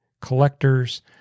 Collectors